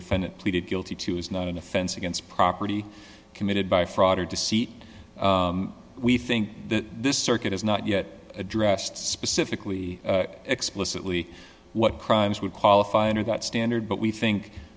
defendant pleaded guilty to is not an offense against property committed by fraud or deceit we think that this circuit has not yet addressed specifically explicitly what crimes would qualify under that standard but we think